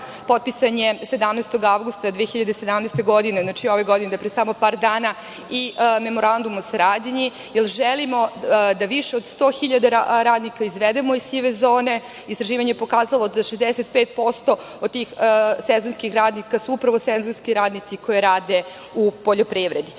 potpisan je 17. avgusta 2017. godine, znači ove godine pre samo par dana i Memorandum o saradnji, jer želimo da više od 100 hiljada radnika izvedemo iz sive zone. Istraživanje je pokazalo da 65% od tih sezonskih radnika su upravo sezonski radnici koji rade u poljoprivredi. Kao